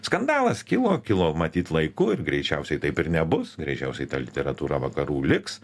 skandalas kilo kilo matyt laiku ir greičiausiai taip ir nebus greičiausiai ta literatūra vakarų liks